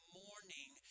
morning